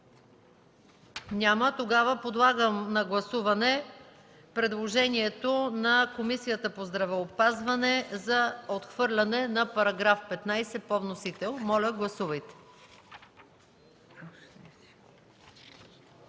Няма. Подлагам на гласуване предложението на Комисията по здравеопазване за отхвърляне на § 15 по вносител. Гласували